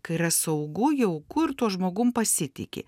kai yra saugu jau kur tuo žmogum pasitiki